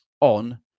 on